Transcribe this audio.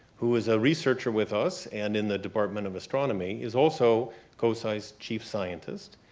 who is a researcher with us and in the department of astronomy, is also cosi's chief scientist.